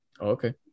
okay